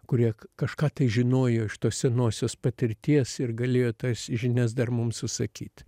kurie kažką tai žinojo iš tos senosios patirties ir galėjo tas žinias dar mums susakyt